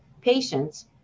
patients